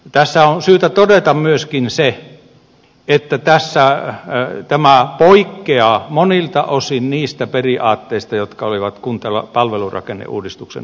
tässä on syytä todeta myöskin se että tämä poikkeaa monilta osin niistä periaatteista jotka olivat kunta ja palvelurakenneuudistuksen yhteydessä